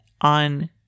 on